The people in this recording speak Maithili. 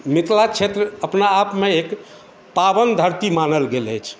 मिथिला क्षेत्र अपना आपमे एक पावन धरती मानल गेल अछि